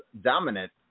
dominant